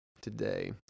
today